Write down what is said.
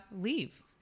leave